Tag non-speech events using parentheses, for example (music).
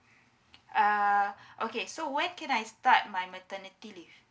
uh (breath) okay so when can I start my maternity leave